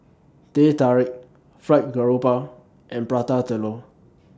Teh Tarik Fried Garoupa and Prata Telur